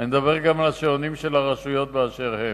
אני מדבר גם על השעונים של הרשויות באשר הם.